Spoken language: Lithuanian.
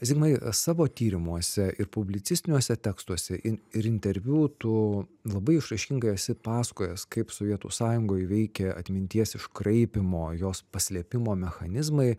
zigmai savo tyrimuose ir publicistiniuose tekstuose in ir interviu tu labai išraiškingai esi pasakojęs kaip sovietų sąjungoj veikė atminties iškraipymo jos paslėpimo mechanizmai